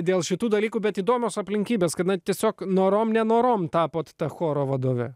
dėl šitų dalykų bet įdomios aplinkybės kada tiesiog norom nenorom tapote ta choro vadove